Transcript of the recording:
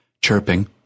chirping